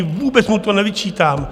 Vůbec mu to nevyčítám.